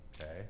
okay